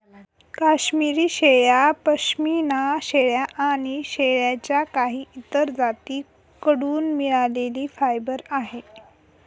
काश्मिरी शेळ्या, पश्मीना शेळ्या आणि शेळ्यांच्या काही इतर जाती कडून मिळालेले फायबर आहे